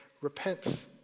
repent